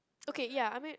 okay ya I mean